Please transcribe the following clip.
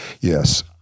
yes